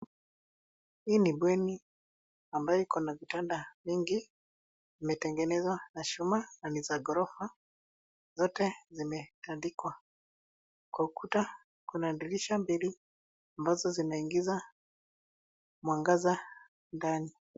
Hii ni bweni ambayo iko na vitanda vingi. Imetengenezwa kwa chuma na ni za ghorofa. Zote zimetandikwa kwa ukuta. Kuna dirisha mbili ambazo zinaingiza mwangaza ndani.